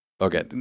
okay